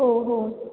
हो हो